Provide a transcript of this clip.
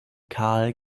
karl